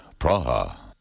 Praha